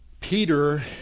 Peter